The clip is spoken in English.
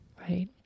right